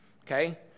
okay